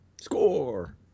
Score